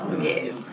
Yes